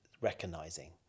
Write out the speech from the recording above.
recognizing